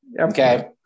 Okay